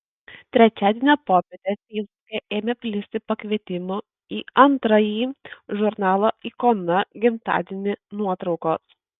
trečiadienio popietę feisbuke ėmė plisti pakvietimų į antrąjį žurnalo ikona gimtadienį nuotraukos